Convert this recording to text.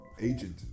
agent